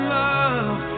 love